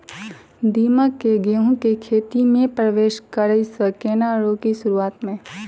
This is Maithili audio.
दीमक केँ गेंहूँ केँ खेती मे परवेश करै सँ केना रोकि शुरुआत में?